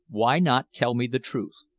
why not tell me the truth?